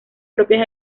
propias